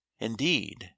indeed